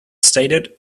stated